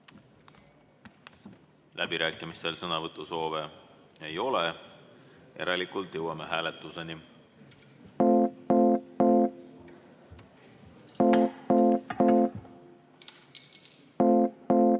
Läbirääkimistel sõnavõtusoove ei ole, järelikult jõuame hääletuseni.